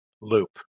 loop